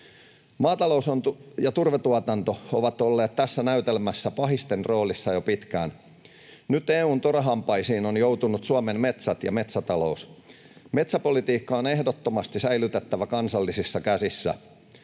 Maatalous ja turvetuotanto ovat olleet tässä näytelmässä pahisten roolissa jo pitkään. Nyt EU:n torahampaisiin ovat joutuneet Suomen metsät ja metsätalous. Metsäpolitiikka on ehdottomasti säilytettävä kansallisissa käsissä.